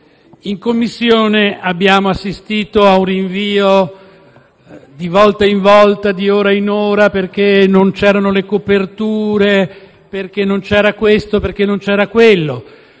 In Commissione abbiamo assistito ad un rinvio di volta in volta e di ora in ora perché non c'erano le coperture, perché non c'era questo o non c'era quello.